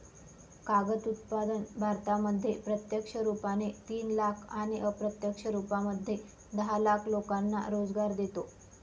कागद उत्पादन भारतामध्ये प्रत्यक्ष रुपाने तीन लाख आणि अप्रत्यक्ष रूपामध्ये दहा लाख लोकांना रोजगार देतो